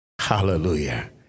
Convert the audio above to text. Hallelujah